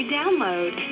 download